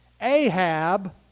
Ahab